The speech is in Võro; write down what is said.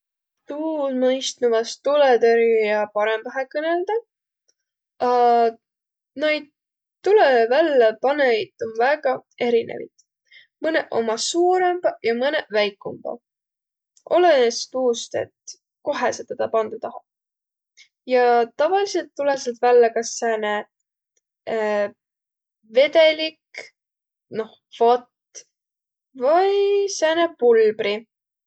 Tuud mõistnu vast tulõtõrjujaq parõmbahe kõnõldaq. A noid tulõ välläpanõjit om väega erinevit. Mõnõq ommaq suurõmbaq ja mõnõq väikumbaq. Olõnõs tuust, et kohe sa tedä pandaq tahat. Ja tavaliselt tulõ säält vällä kas sääne vedelik, noh vatt, vai sääne pulbri.